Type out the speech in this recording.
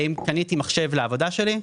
אם קניתי מחשב לעבודה שלי.